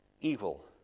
evil